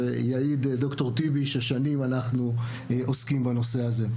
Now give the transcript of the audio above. ויעיד ד"ר טיבי ששנים אנחנו עוסקים בנושא הזה.